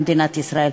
במדינת ישראל,